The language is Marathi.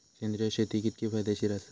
सेंद्रिय शेती कितकी फायदेशीर आसा?